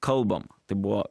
kalbama tai buvo